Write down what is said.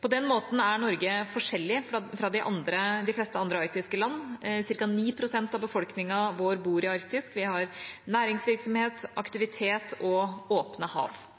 På den måten er Norge forskjellig fra de fleste andre arktiske land. Cirka 9 pst. av befolkningen vår bor i Arktis. Vi har næringsvirksomhet, aktivitet og åpne hav.